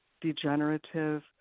degenerative